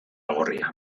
gorria